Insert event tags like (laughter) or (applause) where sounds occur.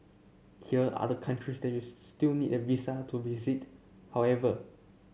here are the countries that you (unintelligible) still need a visa to visit however